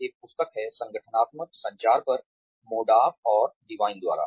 एक पुस्तक है संगठनात्मक संचार पर मोडाफ और डिवाइन द्वारा